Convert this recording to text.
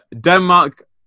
Denmark